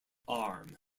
arm